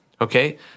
Okay